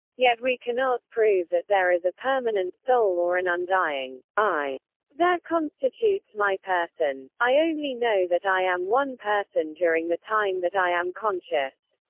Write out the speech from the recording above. yet we cannot prove that there is a permanent soul or an undying i that constitutes my person. i only know that i am one person during the time that i am conscious.